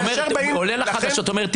עולה לחדשות ואומר,